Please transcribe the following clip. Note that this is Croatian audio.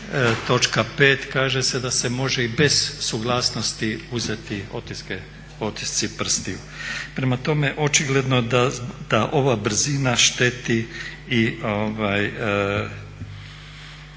točka 5. kaže se da se može i bez suglasnosti uzeti otisci prstiju. Prema tome, očigledno da ova brzina šteti i